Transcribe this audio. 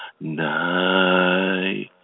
night